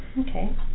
Okay